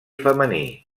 femení